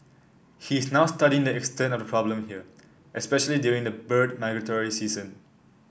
he is now studying the extent of the problem here especially during the bird migratory season